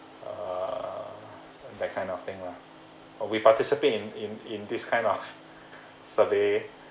err that kind of thing lah or we participate in in in this kind of survey